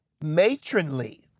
matronly